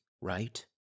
right